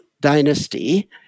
Dynasty